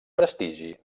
prestigi